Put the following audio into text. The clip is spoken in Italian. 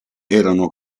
erano